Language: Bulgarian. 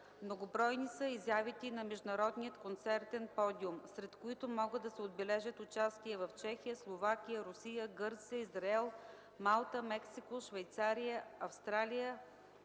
Многобройни са изявите й на международния концертен подиум, сред които могат да се отбележат участия в Чехия, Словакия, Русия, Гърция, Израел, Малта, Мексико, Швейцария, Австрия